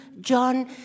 John